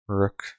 rook